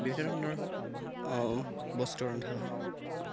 বিভিন্ন ধৰণৰ বস্তু ৰন্ধা হয়